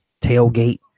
tailgate